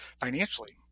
financially